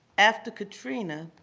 after katrina,